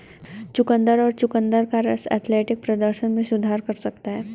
चुकंदर और चुकंदर का रस एथलेटिक प्रदर्शन में सुधार कर सकता है